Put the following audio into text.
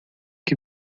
que